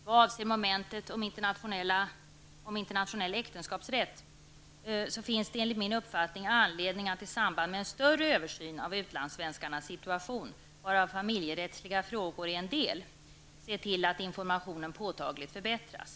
Vad avser momentet om internationell äktenskapsrätt finns det enligt min uppfattning anledning att i samband med en större översyn av utlandssvenskarnas situation, varav familjerättsliga frågor är en del, se till att informationen påtagligt förbättras.